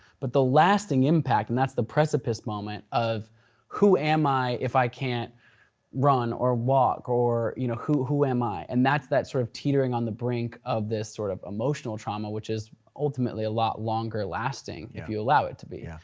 but the lasting impact, and that's the precipice moment, of who am i if i can't run or walk or, you know who who am i? and that's that sort of teetering on the brink of this sort of emotional trauma which is ultimately a lot longer lasting if you allow it to be.